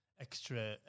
extra